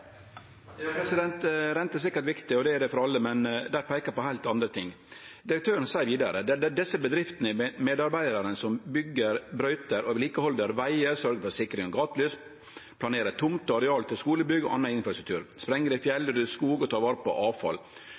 Rente er sikkert viktig, det er det for alle, men der peiker ein på heilt andre ting. Direktøren seier vidare: Det er desse bedriftene, medarbeidarane, som byggjer, brøyter og held ved like vegar, sørgjer for sikring av gatelys, planerer tomter og areal på skolebygg og annan infrastruktur, sprengjer i fjell, ryddar skog og tar vare på avfall.